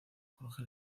jorge